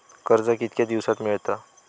कर्ज कितक्या दिवसात मेळता?